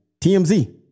TMZ